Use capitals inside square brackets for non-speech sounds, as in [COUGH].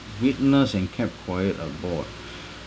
witnessed and kept quiet about [BREATH]